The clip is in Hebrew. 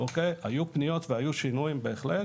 היו פניות והיו שינויים בהחלט